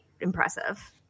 impressive